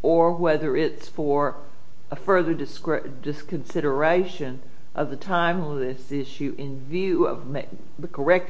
or whether it's for a further descriptive disk consideration of the time of this issue in view of the correct